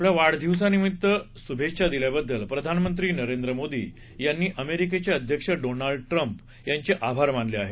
आपल्या वाढदिवसानिमित्त शुभेच्छा दिल्याबद्दल प्रधानमंत्री नरेंद्र मोदी यांनी अमेरिकेचे अध्यक्ष डोनाल्ड ट्रम्प यांचे आभार मानले आहेत